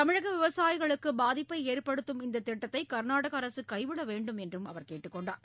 தமிழக விவசாயிகளுக்கு பாதிப்பை ஏற்படுத்தும் இந்த திட்டத்தை கர்நாடக அரசு கைவிட வேண்டும் என்றும் அவர் கேட்டுக் கொண்டார்